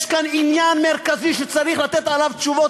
יש כאן עניין מרכזי שצריך לתת עליו תשובות,